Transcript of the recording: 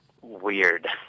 weird